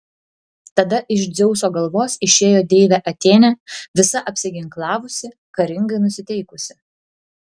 tada iš dzeuso galvos išėjo deivė atėnė visa apsiginklavusi karingai nusiteikusi